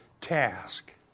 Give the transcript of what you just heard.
task